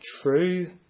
True